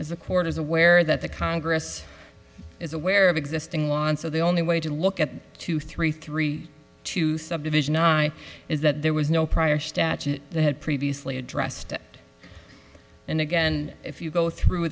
the court is aware that the congress is aware of existing law and so the only way to look at two three three to subdivision nine is that there was no prior statute that had previously addressed and again if you go through